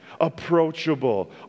approachable